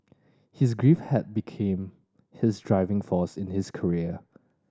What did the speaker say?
his grief had became his driving force in his career